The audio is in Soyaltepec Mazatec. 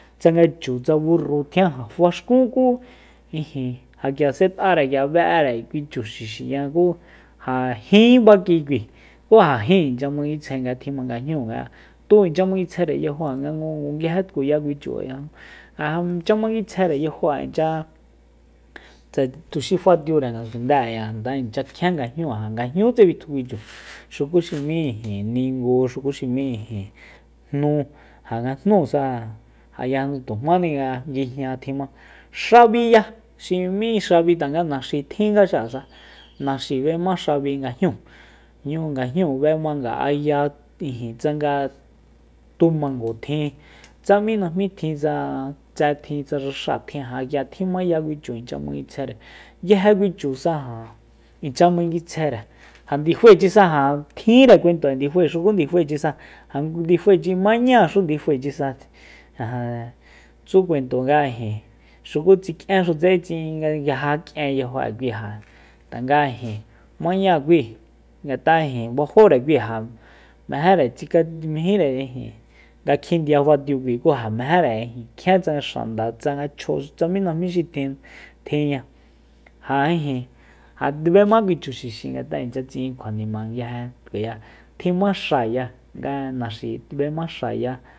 Tsanga chu tsa burru kjien faxkun ku ijin ja k'ia s'et'are k'ia be'ere kui chu xixiya ku jin bakikui ku ja jin incha manguitsjae nga jñúu nga tu inchya manguitsjaere yajo'e nga ngungu nguije tkuya kui chu a yajnu ajanchamanguitsjaere yajo'e inchya tsa tu xi fa'atiure ngasundée ngat'a incha kkjien nga jñúu ja nga jñútse bitju kui chu xuku xi m'í ijin ningú xukuxi m'í ijin jnú ja nga jnusa ja yajnu nga tujmáni nga nguijña tjimá xabiya xi m'í xabi tanga naxi tjinga xi'asa naxi b'ema xabi nga jñúu nga jñu b'emá nga'aya ijin tsanga tu mango tjin tsa mí najmí tjin tsa tse tjin tsa raxáa tjin ja k'ia tjimaya kui chu nchya manguitsjaere nguije kui chusa ja inchya manguitsjaere ja ndifaechisa ja tjinre kuento'e ndifae xuku ndifaechisa ja ndifaechi mañáaxu ndifaechisa ja tsu kuentosa nga ijin xu tsik'ienxutse kui nga yaja k'ien yajo'e kui ja tanga ijin mañáa kui ngat'a bajóre kui ja mejére tsika mijíre ijin tsa kjindia b'atiu kui ja mejere kjien tsanga xanda ja tsanga chjó tsa mi najmí xi tjintjinña ja ijin ja b'ema kui chu xixi ngat'a inchya tsi'in kjuanima ja nguije tkuya tjimá xáaya nga naxi b'emá xáaya